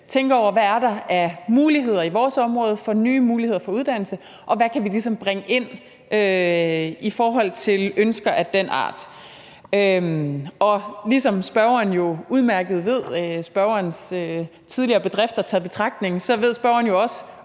tænker over, hvad der er af muligheder i deres område for nye muligheder for uddannelse, og hvad de kan bringe ind i forhold til ønsker af den art. Ligesom spørgeren jo udmærket ved, spørgerens tidligere bedrifter taget i betragtning, er den gængse